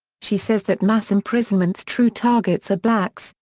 she says that mass imprisonment's true targets are blacks,